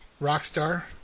Rockstar